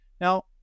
Now